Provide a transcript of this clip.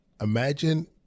Imagine